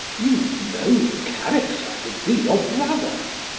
you know the character to be your brother's?